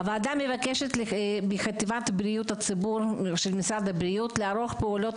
הוועדה מבקשת מחטיבת בריאות הציבור של משרד הבריאות לערוך פעולות